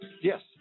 Yes